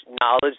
knowledge